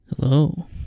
Hello